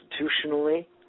constitutionally